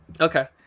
Okay